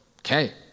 Okay